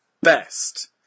best